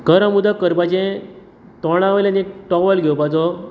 गरम उदक करपाचें तोंडा वयल्यान एक टोवल घेवपाचो